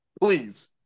Please